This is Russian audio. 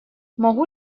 могу